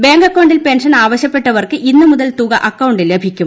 bank അക്കൌണ്ടിൽ pension ആവശ്യപ്പെട്ടവർക്ക് ഇന്നു മുതൽ തുക അക്കൌണ്ടിൽ ലഭിക്കും